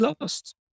lost